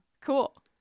Cool